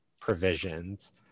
provisions